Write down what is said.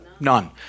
None